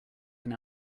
can